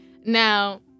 Now